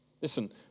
Listen